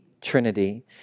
Trinity